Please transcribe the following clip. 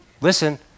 listen